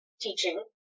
teaching